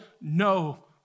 no